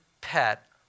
pet